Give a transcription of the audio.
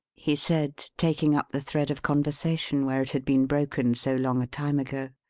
he said, taking up the thread of conversation where it had been broken so long a time ago,